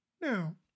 Now